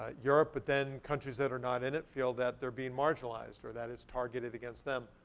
ah europe. but then countries that are not in it feel that they're being marginalized or that it's targeted against them.